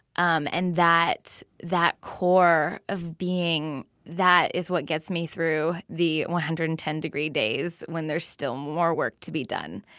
um and that that core of being, that is what gets me through the one hundred and ten degree days when there's still more work to be done.